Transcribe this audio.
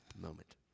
moment